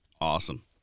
Awesome